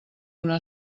una